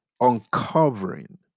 uncovering